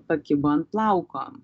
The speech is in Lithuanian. pakibo ant plauko